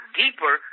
deeper